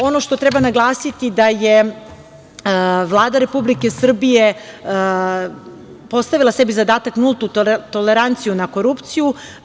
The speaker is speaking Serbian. Ono što treba naglasiti da je Vlada Republike Srbije postavila sebi zadatak, nultu toleranciju na korupciju.